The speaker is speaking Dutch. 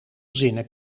zinnen